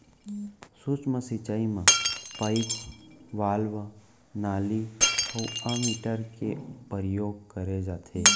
सूक्ष्म सिंचई म पाइप, वाल्व, नाली अउ एमीटर के परयोग करे जाथे